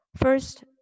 First